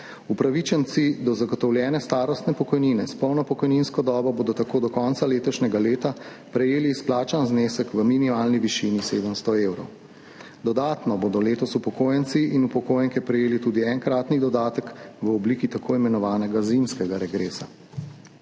Upravičenci do zagotovljene starostne pokojnine s polno pokojninsko dobo bodo tako do konca letošnjega leta prejeli izplačan znesek v minimalni višini 700 evrov. Dodatno bodo letos upokojenci in upokojenke prejeli tudi enkratni dodatek v obliki tako imenovanega zimskega regresa.